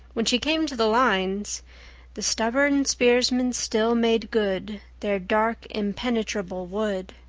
when she came to the lines the stubborn spearsmen still made good their dark impenetrable wood,